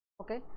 Okay